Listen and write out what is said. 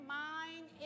mind